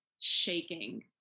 shaking